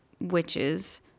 witches